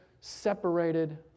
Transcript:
separated